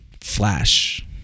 Flash